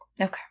Okay